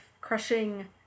crushing